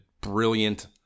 brilliant